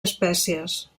espècies